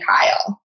Kyle